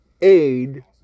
aid